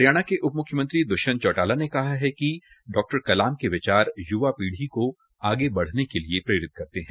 हरियाणा के उप मुख्यमंत्री दुष्यंत चौटाला ने भी कहा है डॉ कलाम का विचार युवा पीढ़ी को बढ़ने के लिए प्रेरित करते है